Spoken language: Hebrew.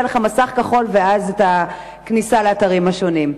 לך מסך כחול ואז יש כניסה לאתרים השונים.